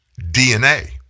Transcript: DNA